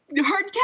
Hard